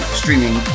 streaming